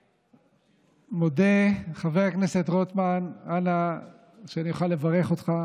אני מודה לחבר הכנסת רוטמן, ואני יכול לברך אותך